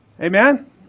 Amen